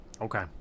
Okay